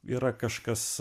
yra kažkas